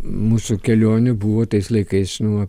mūsų kelionių buvo tais laikais nu